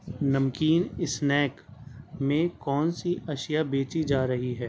نمکین اسنیک میں کون سی اشیا بیچی جا رہی ہے